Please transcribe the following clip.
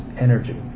energy